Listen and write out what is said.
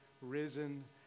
risen